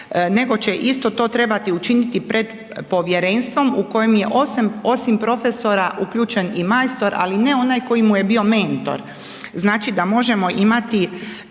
nego će isto to trebati učiniti pred povjerenstvom u kojem je osim profesora uključen i majstor, ali ne onaj koji mu je bio mentor da možemo imati